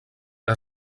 que